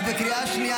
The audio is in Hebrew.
את בקריאה שנייה,